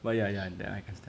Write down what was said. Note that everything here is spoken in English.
well yeah yeah